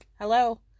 Hello